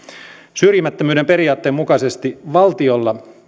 syrjimättömyyden periaatteen mukaisesti valtiolla